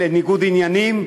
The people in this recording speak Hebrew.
במושגים של ניגוד עניינים.